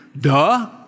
Duh